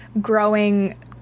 growing